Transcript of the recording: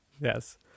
Yes